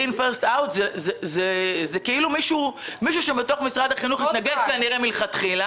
זה נראה כאילו מישהו ממשרד החינוך התנגד מלכתחילה